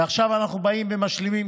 ועכשיו אנחנו באים ומשלימים,